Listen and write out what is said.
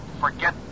forget